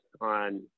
on